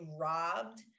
robbed